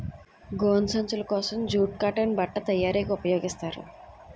గోను సంచులు కోసం జూటు కాటన్ బట్ట తయారీకి ఉపయోగిస్తారు